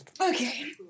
Okay